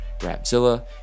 rapzilla